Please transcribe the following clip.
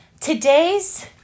today's